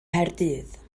nghaerdydd